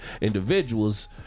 individuals